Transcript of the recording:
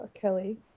Kelly